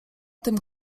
tym